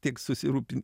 tik susirūpin